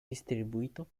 distribuito